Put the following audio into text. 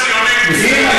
ציונים,